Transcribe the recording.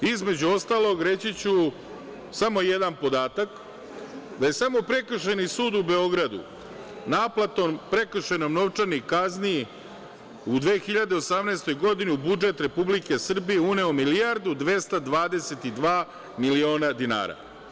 Između ostalog reći ću, samo jedan podatak, da je samo Prekršajni sud u Beogradu, naplatom prekršajnom novčanih kazni, u 2018. godini, u budžet Republike Srbije uneo milijardu 222 miliona dinara.